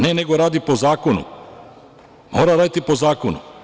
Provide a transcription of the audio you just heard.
Ne, nego radi po zakonu, mora raditi po zakonu.